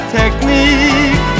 technique